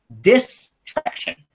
distraction